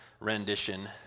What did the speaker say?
rendition